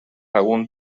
algún